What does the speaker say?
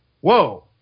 whoa